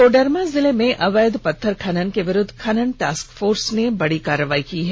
कोडरमा जिले में अवैध पत्थर खनन के विरुद्व खनन टास्क फोर्स ने बड़ी कार्रवाई की है